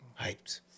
Hyped